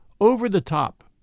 over-the-top